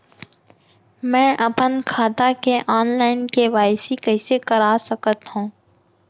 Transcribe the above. मैं अपन खाता के ऑनलाइन के.वाई.सी कइसे करा सकत हव?